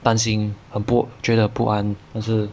担心很不觉得不安但是